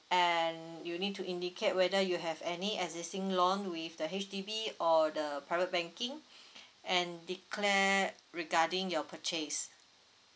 and you'll need to indicate whether you have any existing loan with the H_D_B or the private banking and declare regarding your purchase